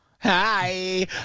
Hi